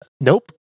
nope